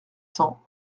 cents